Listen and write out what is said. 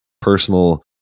personal